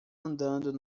andando